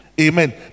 amen